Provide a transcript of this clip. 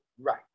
Right